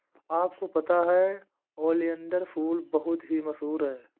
आपको पता है ओलियंडर फूल बहुत ही मशहूर है